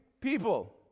people